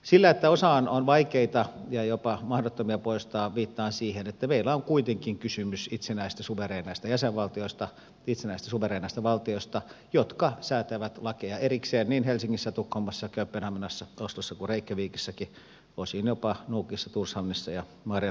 sillä että osa on vaikeita ja jopa mahdottomia poistaa viittaan siihen että meillä on kuitenkin kysymys itsenäisistä suvereeneista valtioista jotka säätävät lakeja erikseen niin helsingissä tukholmassa kööpenhaminassa oslossa kuin reykjavikissakin osin jopa nuukissa torshavnissa ja maarianhaminassa